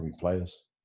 players